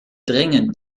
dringend